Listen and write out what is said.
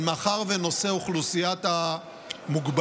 אבל מאחר ונושא אוכלוסיית המוגבלים